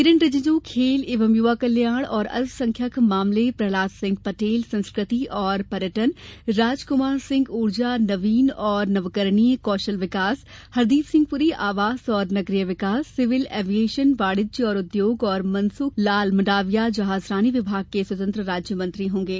किरण रिजिजू खेल एवं यूवा और अल्पसंख्यक मामले प्रहलाद सिंह पटेल संस्कृति और पर्यटन राजकुमार सिंह ऊर्जा नवीन और नवकरणीय कौशल विकास हरदीप सिंह पुरी आवास एवं नगरीय विकास सिविल एवियेशन वाणिज्य और उद्योग और मनसुख लाल मंडाविया जहाजरानी विभाग के स्वतंत्र राज्य मंत्री होंगे